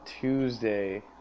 Tuesday